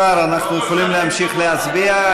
השר, אנחנו יכולים להמשיך להצביע?